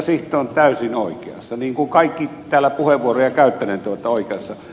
sihto on täysin oikeassa niin kuin kaikki täällä puheenvuoroja käyttäneet olette oikeassa